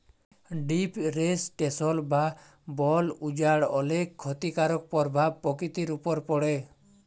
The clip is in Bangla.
ডিফরেসটেসল বা বল উজাড় অলেক খ্যতিকারক পরভাব পরকিতির উপর পড়ে